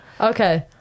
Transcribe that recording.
Okay